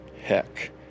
heck